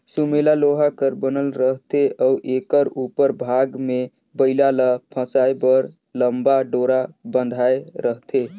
सुमेला लोहा कर बनल रहथे अउ एकर उपर भाग मे बइला ल फसाए बर लम्मा डोरा बंधाए रहथे